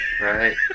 Right